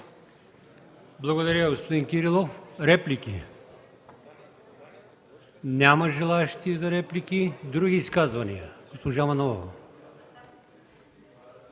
Благодаря, господин Кирилов. Реплики? Няма желаещи за реплики. Други изказвания? Госпожа Манолова.